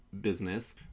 business